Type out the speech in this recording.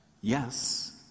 Yes